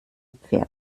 pferd